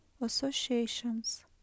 associations